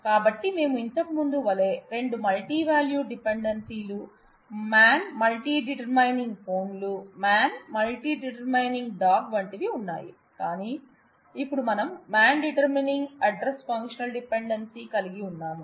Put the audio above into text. కాబట్టి మేము ఇంతకు ముందు వలె రెండు మల్టీవాల్యూడ్ డిపెండెన్సీలు మాన్ మల్టీ డిటర్మినింగ్ ఫోన్లు మాన్ మల్టీ డిటర్మినింగ్ డాగ్ వంటివి ఉన్నాయి కానీ ఇప్పుడు మనం man determining address functional dependency కలిగి ఉన్నాము